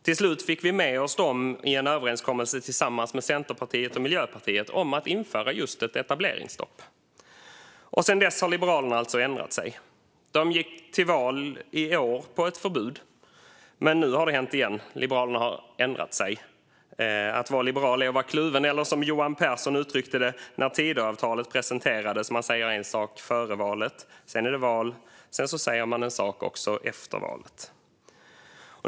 Till slut fick vi dem med oss i en överenskommelse med Centerpartiet och Miljöpartiet om att införa just ett etableringsstopp. Sedan dess har Liberalerna alltså ändrat sig. De gick till val i år på ett förbud, men nu har det hänt igen: Liberalerna har ändrat sig. Att vara liberal är att vara kluven - eller som Johan Pehrson uttryckte det när Tidöavtalet presenterades: Man säger en sak före valet. Sedan är det val. Sedan säger man en sak också efter valet.